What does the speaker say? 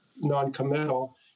non-committal